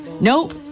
nope